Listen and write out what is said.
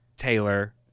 Taylor